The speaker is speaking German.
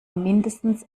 mindestens